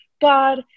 God